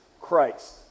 christ